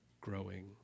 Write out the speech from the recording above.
growing